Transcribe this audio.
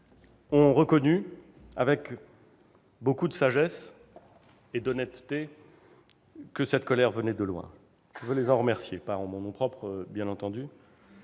ont reconnu avec beaucoup de sagesse et d'honnêteté que cette colère venait de loin. Je veux les en remercier, pas en mon nom propre, bien entendu,